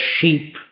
sheep